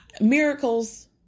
miracles